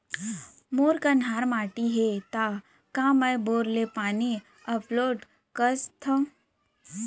मोर कन्हार माटी हे, त का मैं बोर ले पानी अपलोड सकथव?